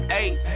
eight